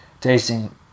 tasting